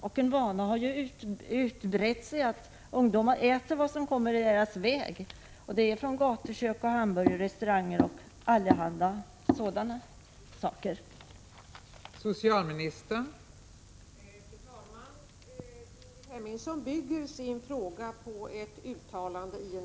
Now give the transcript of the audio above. Det har utbrett sig en vana att äta vad som kommer i deras väg från gatukök, hamburgerrestauranger och allehanda liknande ställen.